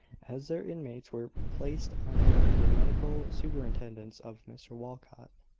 as their inmates were placed under the medical superintendence of mr walcot.